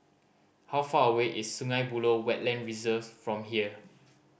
how far away is Sungei Buloh Wetland Reserve from here